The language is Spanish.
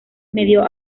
medio